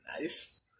Nice